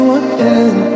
again